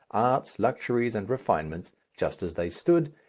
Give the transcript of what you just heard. arts, luxuries, and refinements just as they stood,